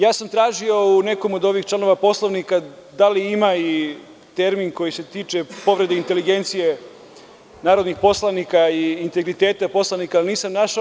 Ja sam tražio u nekom od ovih članova Poslovnika da li ima i termin koji se tiče povrede inteligencije narodnih poslanika i integriteta poslanika, nisam našao.